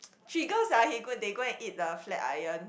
trigger sia he go they go and eat the flat iron